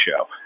show